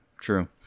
true